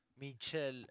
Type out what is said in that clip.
Michelle